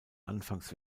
anfangs